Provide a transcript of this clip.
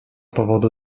powodu